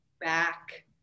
back